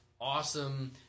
Awesome